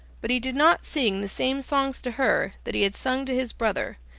but he did not sing the same songs to her that he had sung to his brother,